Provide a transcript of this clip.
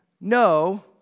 no